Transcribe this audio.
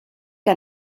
que